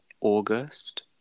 August